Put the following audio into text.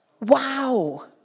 wow